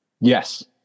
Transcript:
yes